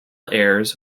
heirs